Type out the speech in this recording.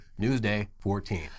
Newsday14